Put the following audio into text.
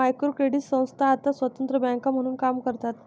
micro credit संस्था आता स्वतंत्र बँका म्हणून काम करतात